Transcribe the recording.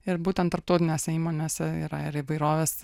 ir būtent tarptautinėse įmonėse yra ir įvairovės